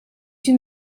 une